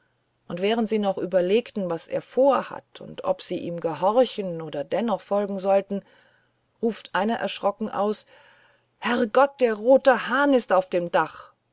und während sie noch überlegen was er vorhat und ob sie ihm gehorchen oder dennoch folgen sollen ruft einer erschrocken aus herr gott der rote hahn ist auf dem dach